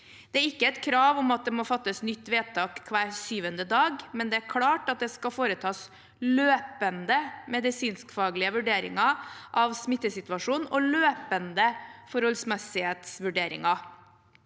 Det er ikke et krav om at det må fattes nytt vedtak hver syvende dag, men det er klart at det skal foretas løpende, medisinskfaglige vurderinger av smittesituasjonen og løpende forholdsmessighetsvurderinger.